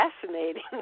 fascinating